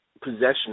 possession